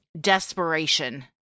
desperation